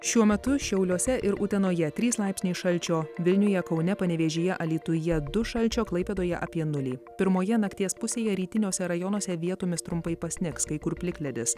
šiuo metu šiauliuose ir utenoje trys laipsniai šalčio vilniuje kaune panevėžyje alytuje du šalčio klaipėdoje apie nulį pirmoje nakties pusėje rytiniuose rajonuose vietomis trumpai pasnigs kai kur plikledis